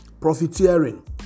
profiteering